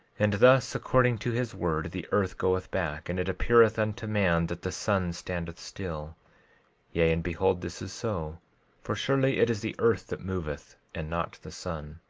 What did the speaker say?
and thus, according to his word the earth goeth back, and it appeareth unto man that the sun standeth still yea, and behold, this is so for surely it is the earth that moveth and not the sun.